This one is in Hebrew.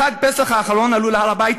בחג פסח האחרון עלו להר-הבית,